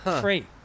Free